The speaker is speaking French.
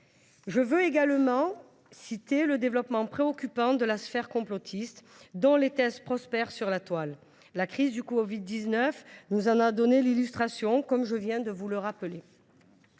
Je veux également citer le développement préoccupant de la sphère complotiste, dont les thèses prospèrent sur la toile. La crise du covid 19 nous en a donné l’illustration, comme je viens de vous le rappeler.